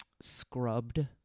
scrubbed